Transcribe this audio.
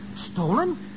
Stolen